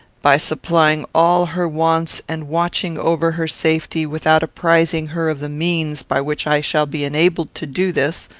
by supplying all her wants and watching over her safety without apprizing her of the means by which i shall be enabled to do this,